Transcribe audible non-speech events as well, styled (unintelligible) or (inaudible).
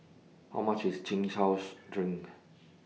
How much IS Chin Chow (unintelligible) Drink